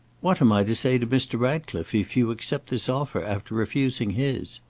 what am i to say to mr. ratcliffe if you accept this offer after refusing his?